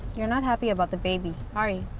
you're not happy about the baby, are you?